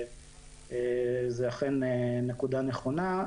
זו אכן נקודה נכונה.